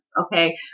okay